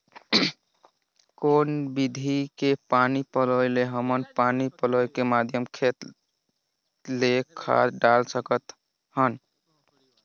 कौन विधि के पानी पलोय ले हमन पानी पलोय के माध्यम ले खाद डाल सकत हन?